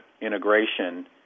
integration